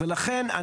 לכן,